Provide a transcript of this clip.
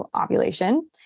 ovulation